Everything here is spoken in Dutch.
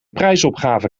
prijsopgave